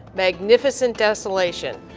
magnificent desolation,